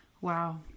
Wow